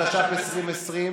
התש"ף 2020,